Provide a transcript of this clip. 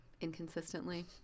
inconsistently